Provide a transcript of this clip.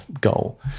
goal